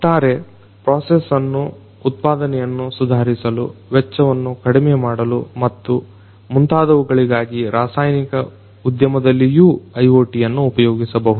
ಒಟ್ಟಾರೆ ಪ್ರೊಸೆಸ್ಅನ್ನು ಉತ್ಪಾದನೆಯನ್ನು ಸುಧಾರಿಸಲು ವೆಚ್ಚವನ್ನ ಕಡಿಮೆ ಮಾಡಲು ಮತ್ತು ಮುಂತಾದವುಗಳಿಗಾಗಿ ರಾಸಾಯನಿಕ ಉದ್ಯಮದಲ್ಲಿಯೂ IoTಯನ್ನ ಉಪಯೋಗಿಸಬಹುದು